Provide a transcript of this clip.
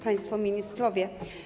Państwo Ministrowie!